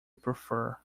prefer